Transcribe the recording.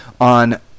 on